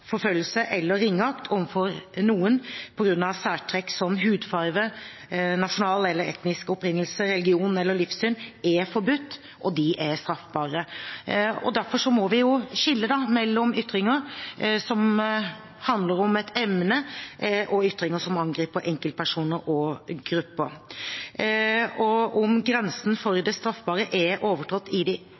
forfølgelse eller ringeakt overfor noen på grunn av særtrekk som hudfarge, nasjonal eller etnisk opprinnelse, religion eller livssyn, er forbudt, og de er straffbare. Derfor må vi skille mellom ytringer som handler om et emne, og ytringer som angriper enkeltpersoner og grupper. Om grensen for det straffbare er overtrådt i